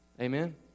Amen